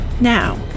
now